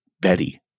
Betty